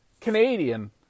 Canadian